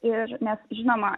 ir nes žinoma